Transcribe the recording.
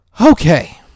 okay